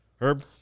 Herb